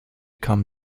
come